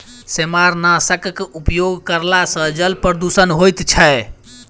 सेमारनाशकक उपयोग करला सॅ जल प्रदूषण होइत छै